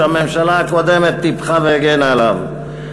שהממשלה הקודמת טיפחה והגנה עליו,